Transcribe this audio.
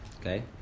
okay